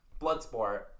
Bloodsport